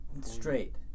Straight